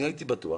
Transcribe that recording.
אני הייתי בטוח